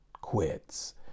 quits